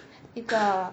一个